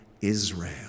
Israel